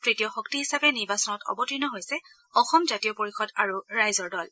তৃতীয় শক্তি হিচাপে নিৰ্বাচনত অৱতীৰ্ণ হৈছে অসম জাতীয় পৰিষদ আৰু ৰাইজৰ দল